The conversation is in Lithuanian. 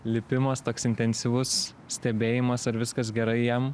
lipimas toks intensyvus stebėjimas ar viskas gerai jam